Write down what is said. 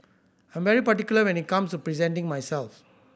I'm very particular when it comes to presenting myself